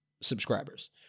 subscribers